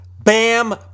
Bam